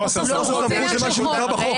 חוסר סמכות זה מה שמוגדר בחוק.